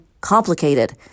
complicated